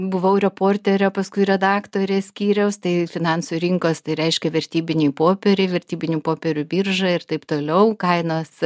buvau reporterė paskui redaktorė skyriaus tai finansų rinkos tai reiškia vertybiniai popieriai vertybinių popierių birža ir taip toliau kainos